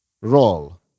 roll